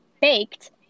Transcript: baked